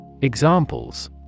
Examples